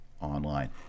online